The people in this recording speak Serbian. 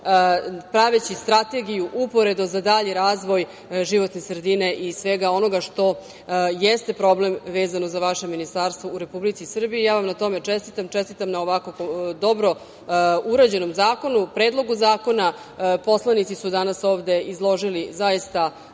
praveći strategiju uporedo za dalji razvoj životne sredine i svega onoga što jeste problem vezano za vaše ministarstvo u Republici Srbiji. Na tome vam čestitam i čestitam na ovako dobro urađenom zakonu, Predlogu zakona. Poslanici su danas ovde izložili zaista